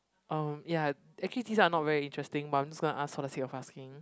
um ya actually these are not very interesting but I'm just gonna ask for the sake of asking